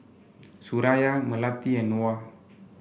Suraya Melati and Noah